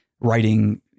writing